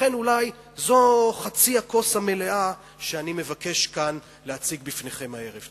ולכן אולי זאת חצי הכוס המלאה שאני מבקש כאן להציג לפניכם הערב.